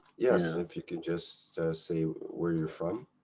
yes, and if you can just say where you're from.